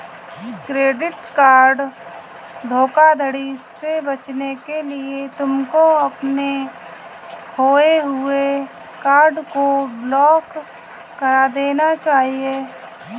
credit card धोखाधड़ी से बचने के लिए तुमको अपने खोए हुए कार्ड को ब्लॉक करा देना चाहिए